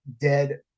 dead